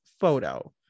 photo